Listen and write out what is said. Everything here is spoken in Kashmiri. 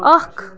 اکھ